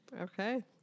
Okay